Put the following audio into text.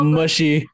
mushy